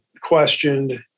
questioned